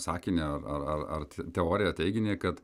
sakinį ar ar ar teoriją teiginį kad